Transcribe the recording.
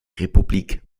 republik